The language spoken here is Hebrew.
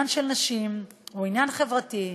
מסורבי גט, וזה אחרי שהם שנים בבתי-דין רבניים,